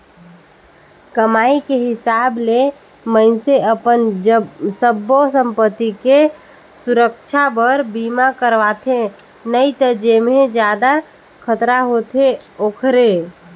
कमाई के हिसाब ले मइनसे अपन सब्बो संपति के सुरक्छा बर बीमा करवाथें नई त जेम्हे जादा खतरा होथे ओखरे